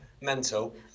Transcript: mental